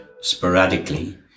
sporadically